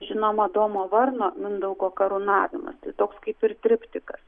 žinoma adomo varno mindaugo karūnavimas tai toks kaip ir triptikas